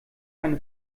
eine